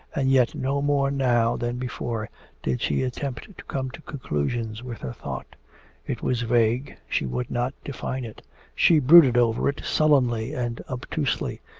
and yet no more now than before did she attempt to come to conclusions with her thought it was vague, she would not define it she brooded over it sullenly and obtusely.